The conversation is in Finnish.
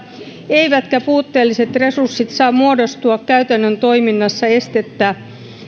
eivätkä puutteelliset resurssit saa muodostaa käytännön toiminnassa estettä